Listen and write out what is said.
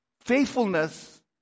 faithfulness